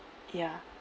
ya